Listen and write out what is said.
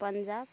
Punjab